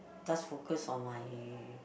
just focus on my